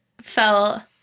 felt